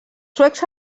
suecs